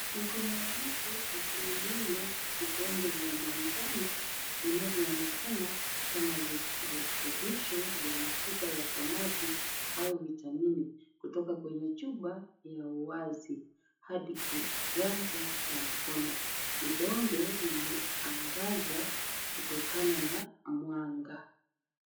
Mikono ya mtu ikimimina vidonge vya manjano vinavyoonekana kama virutubisho vya mafuta ya samaki au vitamini kutoka kwenye chupa ya uwazi hadi kiganja cha mkono. Vidonge vimeangaza kutokana na mwanga.